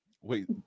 Wait